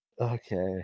okay